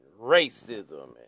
racism